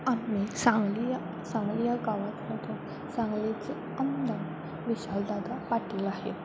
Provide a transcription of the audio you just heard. आम्ही सांगली या सांगली या गावामधून सांगलीचे आमदार विशालदादा पाटील आहे